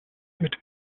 mit